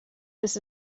this